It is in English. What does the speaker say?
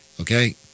Okay